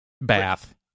Bath